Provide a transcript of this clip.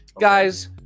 guys